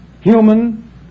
human